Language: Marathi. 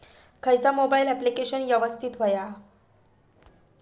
खयचा मोबाईल ऍप्लिकेशन यवस्तित होया?